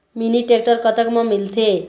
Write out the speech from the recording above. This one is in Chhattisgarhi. मिनी टेक्टर कतक म मिलथे?